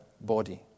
body